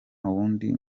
wundi